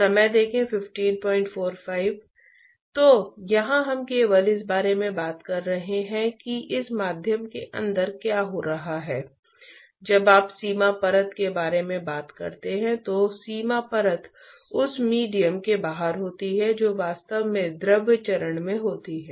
अब तक हमने देखा कि हम तरल के सभी गुणों को जानते हैं और हमने सब कुछ लंप कर दिया है और हीट ट्रांसपोर्ट को न्यूटन के शीतलन के नियम द्वारा दिए गए हीट ट्रांसपोर्ट गुणांक की विशेषता है